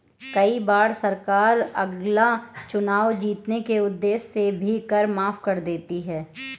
कई बार सरकार अगला चुनाव जीतने के उद्देश्य से भी कर माफ कर देती है